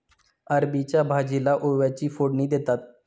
अरबीच्या भाजीला ओव्याची फोडणी देतात